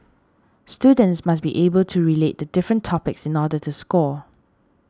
students must be able to relate the different topics in order to score